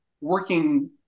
working